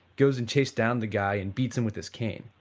goes and chase down the guy and beats him with his cane